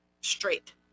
straight